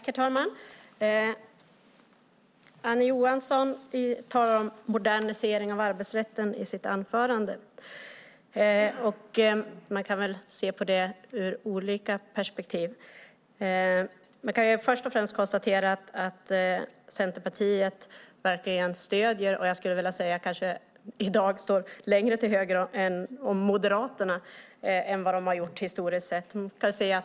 Herr talman! Annie Johansson talar om en modernisering av arbetsrätten i sitt anförande. Man kan se på det ur olika perspektiv. Först och främst kan man konstatera att Centerpartiet i dag verkar stå längre till höger om Moderaterna än man har gjort historiskt sett.